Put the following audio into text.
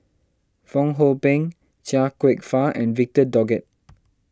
Fong Hoe Beng Chia Kwek Fah and Victor Doggett